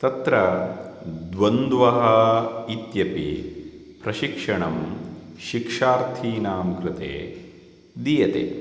तत्र द्वन्द्वः इत्यपि प्रशिक्षणं शिक्षार्थीनां कृते दीयते